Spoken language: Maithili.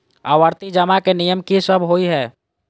आवर्ती जमा केँ नियम की सब होइ है?